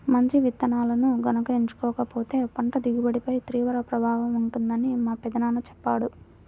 మంచి విత్తనాలను గనక ఎంచుకోకపోతే పంట దిగుబడిపై తీవ్ర ప్రభావం ఉంటుందని మా పెదనాన్న చెప్పాడు